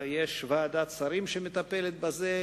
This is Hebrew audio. יש ועדת שרים שמטפלת בזה,